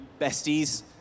besties